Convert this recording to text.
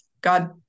God